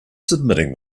submitting